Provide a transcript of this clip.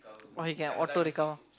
oh he can auto recover